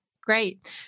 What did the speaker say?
Great